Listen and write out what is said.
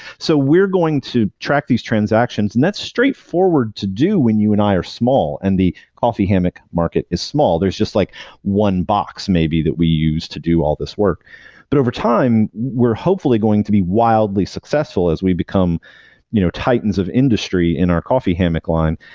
so we're going to track these transactions and that's straightforward to do when you and i are small and the coffee hammock market is small. there's just like one box maybe that we use to do all this work but over time, we're hopefully going to be wildly successful as we become you know titans of industry in our coffee hammock line.